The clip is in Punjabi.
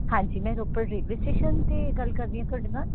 ਹਾਂਜੀ ਮੈਂ ਰੋਪੜ ਰੇਲਵੇ ਸਟੇਸ਼ਨ 'ਤੇ ਗੱਲ ਕਰਦੀ ਹਾਂ ਤੁਹਾਡੇ ਨਾਲ